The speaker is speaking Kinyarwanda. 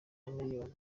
miliyoni